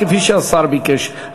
כפי שהשר ביקש.